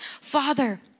Father